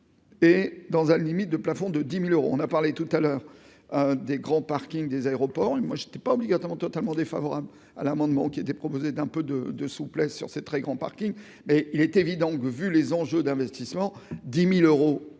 Et dans un limite de plafond de 10000 euros, on a parlé tout à l'heure des grands parkings des aéroports et moi j'étais pas obligatoirement totalement défavorable à l'amendement qui était proposé d'un peu de de souplesse sur ces très grands parkings et il est évident que vu les enjeux d'investissement 10000 euros